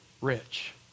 Rich